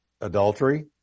adultery